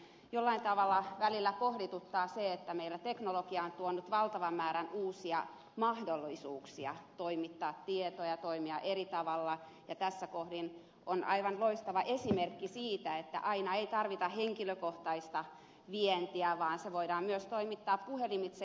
jollain tavalla välillä pohdituttaa se että meillä teknologia on tuonut valtavan määrän uusia mahdollisuuksia toimittaa tietoja toimia eri tavalla ja tässä kohdin on aivan loistava esimerkki siitä että aina ei tarvita henkilökohtaista vientiä vaan se tieto voidaan myös toimittaa puhelimitse